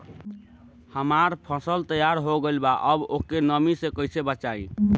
हमार फसल तैयार हो गएल बा अब ओके नमी से कइसे बचाई?